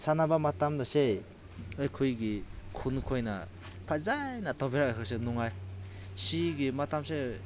ꯁꯥꯟꯅꯕ ꯃꯇꯝꯗꯁꯦ ꯑꯩꯈꯣꯏꯒꯤ ꯈꯨꯟ ꯈꯣꯏꯅ ꯐꯖꯅ ꯇꯧꯕꯤꯔꯒ ꯑꯩꯈꯣꯏꯁꯨ ꯅꯨꯡꯉꯥꯏ ꯁꯤꯒꯤ ꯃꯇꯝꯁꯦ